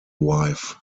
wife